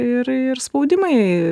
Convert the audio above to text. ir ir spaudimai